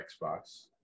Xbox